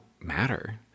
matter